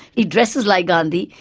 he dresses like gandhi,